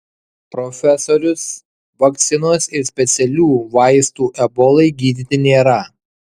profesorius vakcinos ir specialių vaistų ebolai gydyti nėra